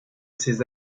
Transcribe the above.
ces